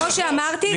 כמו שאמרתי,